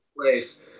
place